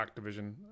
Activision